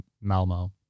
Malmo